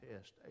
test